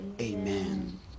Amen